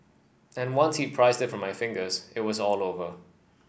and once he prised it from my fingers it was all over